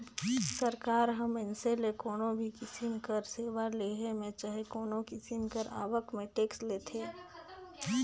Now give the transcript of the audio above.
सरकार ह मइनसे ले कोनो भी किसिम कर सेवा लेहे में चहे कोनो किसिम कर आवक में टेक्स लेथे